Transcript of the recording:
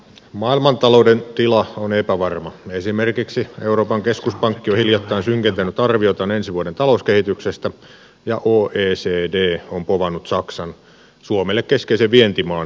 maailmantalouden tila on epävarma esimerkiksi euroopan keskuspankki on hiljattain synkentänyt arviotaan ensi vuoden talouskehityksestä ja oecd on povannut saksan suomelle keskeisen vientimaan taantumaa